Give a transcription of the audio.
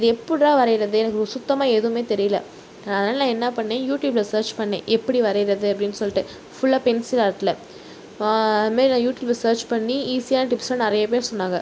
இதை எப்புடிறா வரைகிறது எனக்கு சுத்தமாக எதுவுமே தெரியல அதனால் நான் என்ன பண்ணேன் யூடியூபில் ஸர்ச் பண்ணேன் எப்படி வரைகிறது அப்படின்னு சொல்லிவிட்டு ஃபுல்லாக பென்சில் ஆர்ட்டில் அது மாதிரி நான் யூடியூபில் ஸர்ச் பண்ணி ஈஸியான டிப்ஸ்லாம் நிறைய பேர் சொன்னாங்க